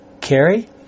Carrie